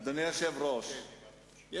לראשי